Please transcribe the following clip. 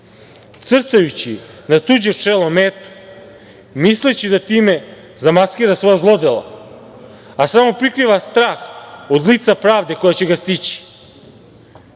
crtajući na tuđe čelo metu misleći da time zamaskira sva zlodela, a samo prikriva strah od lica pravde koja će ga stići. Da